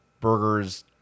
burgers